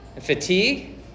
fatigue